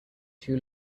two